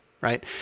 right